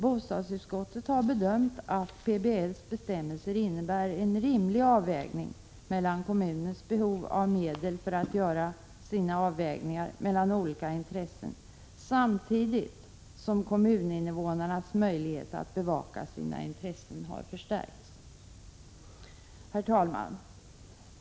Bostadsutskottet har bedömt att PBL:s bestämmelser innebär ett rimligt tillgodoseende av kommunens behov av medel för sina avvägningar mellan olika intressen, samtidigt som kommuninvånarnas möjligheter att bevaka sina intressen har förstärkts. Herr talman!